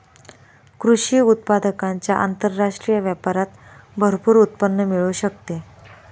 कृषी उत्पादकांच्या आंतरराष्ट्रीय व्यापारात भरपूर उत्पन्न मिळू शकते